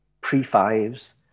pre-fives